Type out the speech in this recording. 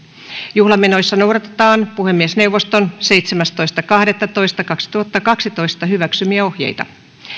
juhlamenoissa noudatetaan puhemiesneuvoston seitsemästoista kahdettatoista kaksituhattakaksitoista hyväksymiä ohjeita